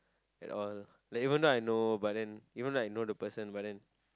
at all like even though I know but then even though I know the person but then